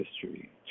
history